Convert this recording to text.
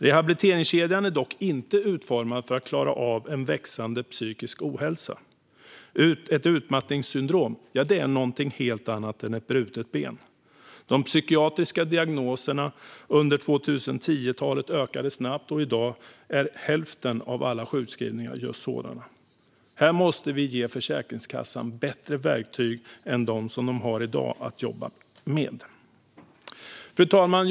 Rehabiliteringskedjan är dock inte utformad för att klara av en växande psykisk ohälsa. Ett utmattningssyndrom är något helt annat än ett brutet ben. De psykiatriska diagnoserna ökade snabbt under 2010-talet, och i dag beror hälften av alla sjukskrivningar på just sådana. Här måste vi ge Försäkringskassan bättre verktyg än dem man har att jobba med i dag. Fru talman!